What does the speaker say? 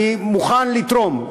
אני מוכן לתרום.